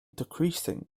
decreasing